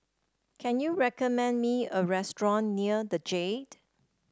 can you recommend me a restaurant near the Jade